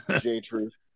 J-Truth